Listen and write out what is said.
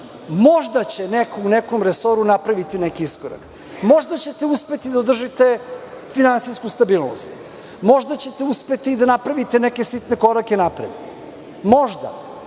Možda će neko u nekom resoru napraviti neki iskorak. Možda ćete uspeti da održite finansijsku stabilnost. Možda ćete uspeti da napravite neke sitne korake unapred. Možda.